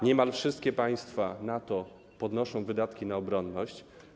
Niemal wszystkie państwa NATO podnoszą wydatki na obronność.